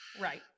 Right